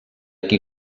qui